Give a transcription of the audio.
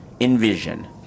Envision